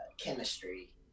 chemistry